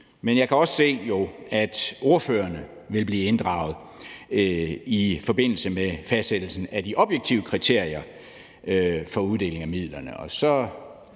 men jeg kan også se, at ordførerne vil blive inddraget i forbindelse med fastsættelsen af de objektive kriterier for uddeling af midlerne.